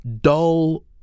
dull